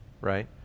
right